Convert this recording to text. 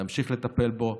נמשיך לטפל בו,